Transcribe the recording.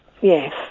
Yes